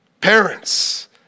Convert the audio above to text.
parents